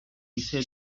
said